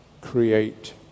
create